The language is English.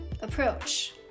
approach